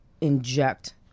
inject